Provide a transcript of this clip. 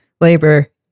labor